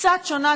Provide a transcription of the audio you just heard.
קצת שונה,